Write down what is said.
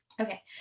Okay